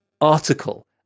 article